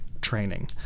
training